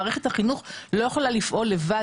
מערכת החינוך לא יכול לפעול לבד,